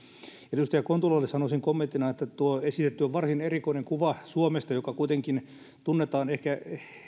edustaja kontulalle sanoisin kommenttina että tuo esitetty on varsin erikoinen kuva suomesta joka kuitenkin tunnetaan ehkä